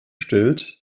stellt